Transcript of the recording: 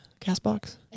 CastBox